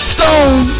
Stone